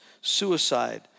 suicide